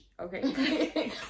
okay